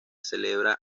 celebraba